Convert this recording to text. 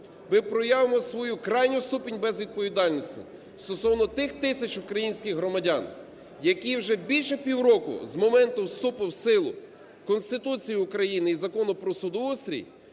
ми проявимо свою крайню ступінь безвідповідальності стосовно тих тисяч українських громадян, які вже більше півроку з моменту вступу в силу Конституції України і Закону про судоустрій